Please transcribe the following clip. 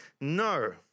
No